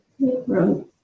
Right